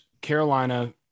Carolina